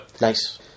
Nice